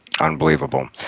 unbelievable